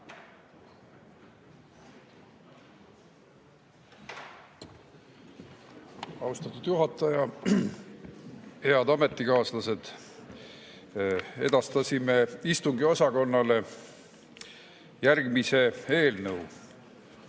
Austatud juhataja! Head ametikaaslased! Edastasime istungiosakonnale järgmise eelnõu: